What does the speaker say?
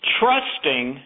trusting